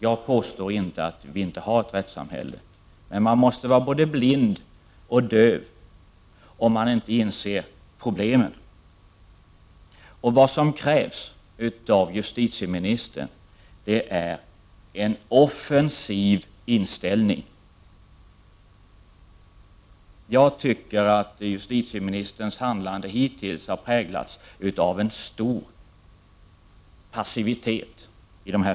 Jag påstår inte att Sverige inte är ett rättssamhälle. Man måste dock vara både blind och döv om man inte inser problemen. Det krävs av justitieminis tern att hon intar en offensiv inställning. Justitieministerns handlande i dessa frågor har hittills präglats av passivitet.